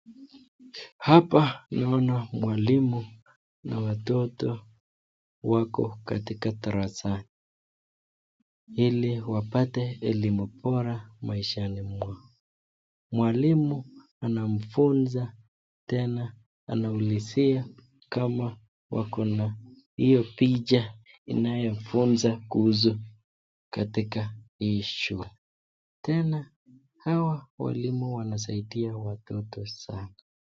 Hapa naona mwalimu na watoto wako katika darasani ili wapate elimu bora maishani mwao. Mwalimu anamfunza tena anaulizia kama wako na iyo picha inayofunza kuhusu katika hii shule. Tena hawa walimu wanasaidia watoto sana.